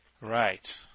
right